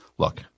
Look